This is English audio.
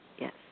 Yes